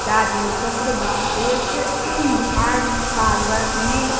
যা জিনিসপত্রের দাম বেড়ে যাচ্ছে আর কাজ বাজ নেই